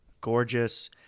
Gorgeous